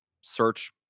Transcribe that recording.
search